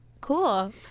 cool